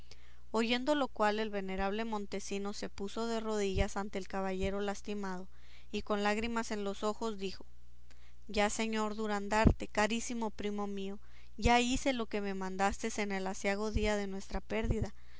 oyendo lo cual el venerable montesinos se puso de rodillas ante el lastimado caballero y con lágrimas en los ojos le dijo ya señor durandarte carísimo primo mío ya hice lo que me mandastes en el aciago día de nuestra pérdida